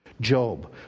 Job